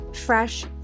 fresh